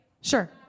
Sure